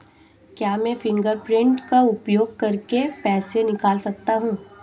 क्या मैं फ़िंगरप्रिंट का उपयोग करके पैसे निकाल सकता हूँ?